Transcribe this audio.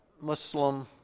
Muslim